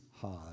hard